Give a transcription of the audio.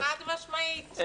חד משמעית.